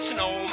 Snow